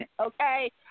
Okay